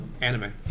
anime